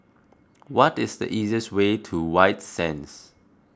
what is the easiest way to White Sands